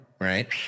right